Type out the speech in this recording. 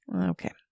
Okay